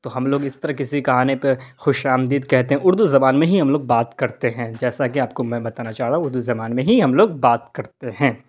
تو ہم لوگ اس طرح کسی کا آنے پہ خوش آمدید کہتے ہیں اردو زبان میں ہی ہم لوگ بات کرتے ہیں جیسا کہ آپ کو میں بتانا چاہ رہا ہوں اردو زبان میں ہی ہم لوگ بات کرتے ہیں